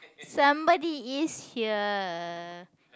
somebody is here